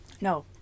No